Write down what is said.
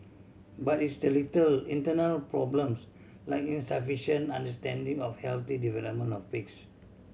but it's the later internal problems like insufficient understanding of healthy development of pigs